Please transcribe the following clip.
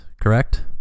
correct